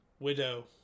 Widow